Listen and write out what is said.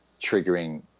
triggering